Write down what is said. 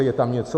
Je tam něco?